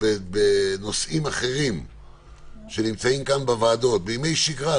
בנושאים אחרים שנמצאים כאן בוועדות בימי שגרה,